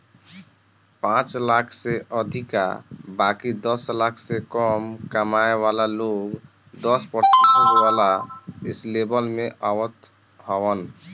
पांच लाख से अधिका बाकी दस लाख से कम कमाए वाला लोग दस प्रतिशत वाला स्लेब में आवत हवन